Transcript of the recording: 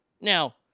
Now